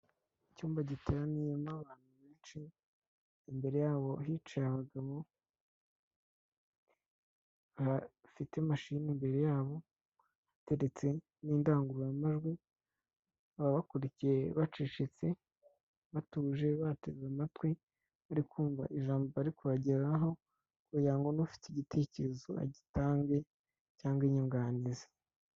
Icyumba giteraniyemo abantu benshi, imbere yabo hicaye abagabo bafite imashini imbere yabo. Iteretse n'indangururamajwi bakaba bakurikiye, bacecetse, batuje, bateze amatwi. Bari kumva ijambo bari kubagezaho kugira ngo ufite igitekerezo agitange cyangwa inyunganizi.